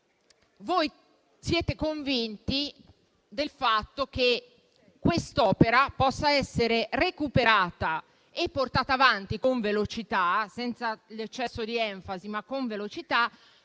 Voi siete convinti però del fatto che quest'opera possa essere recuperata e portata avanti con velocità - senza l'eccesso di enfasi - solo